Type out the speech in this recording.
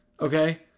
Okay